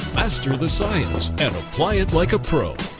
master the science, and apply it like a pro.